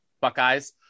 Buckeyes